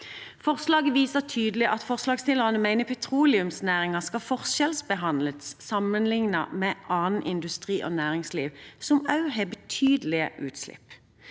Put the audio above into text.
Forslaget viser tydelig at forslagsstillerne mener petroleumsnæringen skal forskjellsbehandles sammenlignet med annen industri og annet næringsliv som også har betydelige utslipp.